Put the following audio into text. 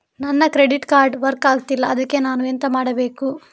ನನ್ನ credit card work ಆಗ್ತಿಲ್ಲ ಅದ್ಕೆ ನಾನು ಎಂತ ಮಾಡಬೇಕು?